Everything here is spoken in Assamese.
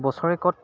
বছৰেকত